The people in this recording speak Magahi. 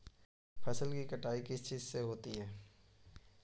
फसल की कटाई किस चीज से होती है?